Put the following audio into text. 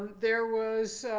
there was